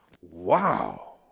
wow